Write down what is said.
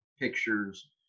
pictures